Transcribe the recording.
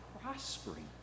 prospering